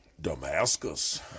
Damascus